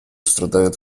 страдает